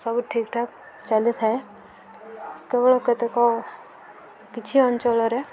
ସବୁ ଠିକ ଠାକ୍ ଚାଲିଥାଏ କେବଳ କେତେକ କିଛି ଅଞ୍ଚଳରେ